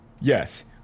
Yes